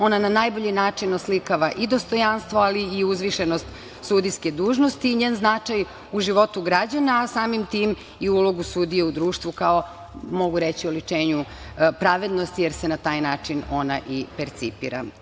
Ona na najbolji način oslikava i dostojanstvo, ali i uzvišenost sudijske dužnosti i njen značaj u životu građana, a samim tim i ulogu sudije u društvu kao, mogu reći, oličenju pravednosti, jer se na taj način ona i percipira.